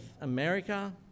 America